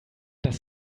das